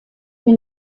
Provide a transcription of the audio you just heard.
you